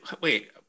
Wait